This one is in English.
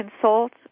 consult